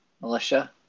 militia